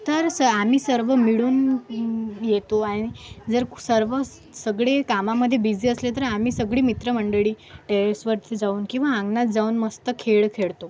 तर स आम्ही सर्व मिळून येतो आणि जर सर्व सगळे कामामध्ये बिझी असले तर आम्ही सगळी मित्रमंडळी टेरेसवरती जाऊन किंवा अंगणात जाऊन मस्त खेळ खेळतो